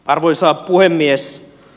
arvoisa puhemies